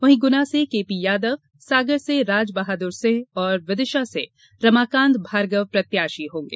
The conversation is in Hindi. वहीं गुना से केपी यादव सागर से राजबहादुर सिंह और विदिशा से रमाकांत भार्गव प्रत्याशी होंगे